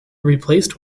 replaced